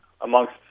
amongst